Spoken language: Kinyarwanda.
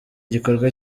igikorwa